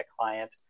client